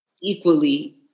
equally